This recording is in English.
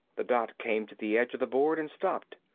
the dot came to the edge of the board and stopped.